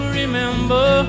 remember